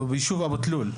וביישוב אבו תלול.